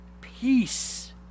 peace